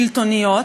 שלטוניות,